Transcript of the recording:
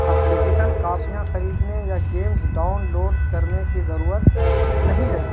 اب فزیکل کاپیاں خریدنے یا گیمز ڈاؤنلوڈ کرنے کی ضرورت نہیں رہی